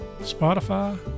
Spotify